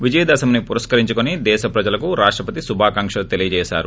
విజయ దశమిని పురస్కరించుకుని దేశ ప్రజలకు రాష్టపతి శుభాకాంకలు తెలియజేశారు